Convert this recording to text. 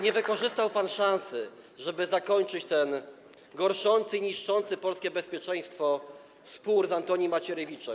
Nie wykorzystał pan szansy, żeby zakończyć ten gorszący, niszczący polskie bezpieczeństwo spór z Antonim Macierewiczem.